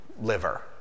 liver